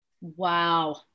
Wow